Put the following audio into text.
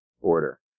order